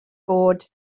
bod